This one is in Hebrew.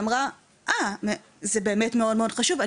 והיא אמרה זה באמת מאוד חשוב,